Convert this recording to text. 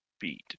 beat